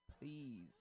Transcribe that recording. please